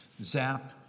zap